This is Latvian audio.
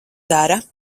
dara